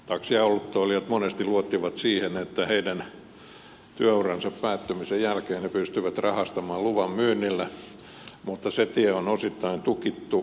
taksiautoilijat monesti luottivat siihen että heidän työuransa päättymisen jälkeen he pystyvät rahastamaan luvan myynnillä mutta se tie on osittain tukittu